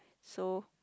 so